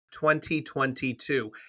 2022